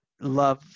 love